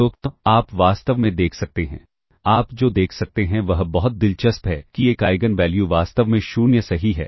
तो आप वास्तव में देख सकते हैं आप जो देख सकते हैं वह बहुत दिलचस्प है कि एक आइगन वैल्यू वास्तव में 0 सही है